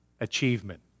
achievement